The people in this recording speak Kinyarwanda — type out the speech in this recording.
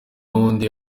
w’undi